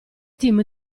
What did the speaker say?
team